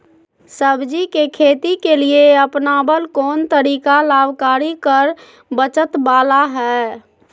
सब्जी के खेती के लिए अपनाबल कोन तरीका लाभकारी कर बचत बाला है?